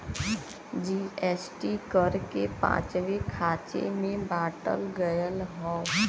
GST कर के पाँच खाँचे मे बाँटल गएल हौ